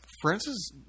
Francis